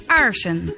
Aarsen